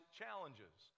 challenges